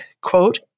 quote